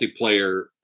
multiplayer